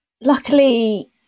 Luckily